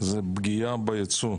זה פגיעה ביצוא,